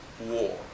war